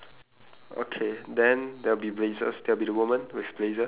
mi~ mine is just one entire science fair and then it's blue colour